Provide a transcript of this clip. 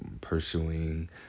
pursuing